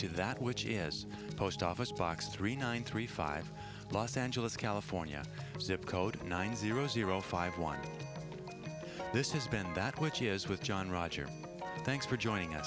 to that which is post office box three nine three five los angeles california zip code nine zero zero five one this is bend that which is with john roger thanks for joining